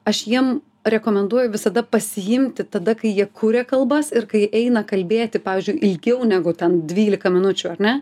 aš jiem rekomenduoju visada pasiimti tada kai jie kuria kalbas ir kai eina kalbėti pavyzdžiui ilgiau negu ten dvylika minučių ar ne